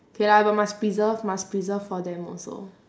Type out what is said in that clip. okay lah but must preserve must preserve for them also